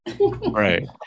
Right